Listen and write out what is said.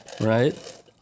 Right